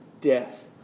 death